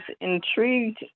intrigued